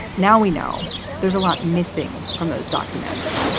now, we know there's a lot missing from those documents.